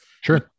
Sure